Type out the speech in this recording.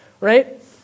right